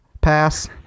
Pass